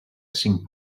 cinc